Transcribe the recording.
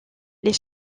les